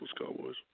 Cowboys